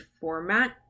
format